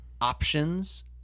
options